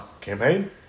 Campaign